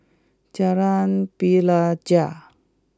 Jalan Pelajau